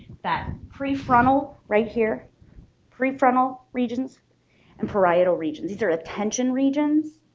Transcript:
that prefrontal right here prefrontal regions and parietal regions these are attention regions.